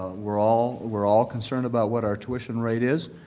we're all we're all concerned about what our tuition rate is.